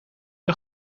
een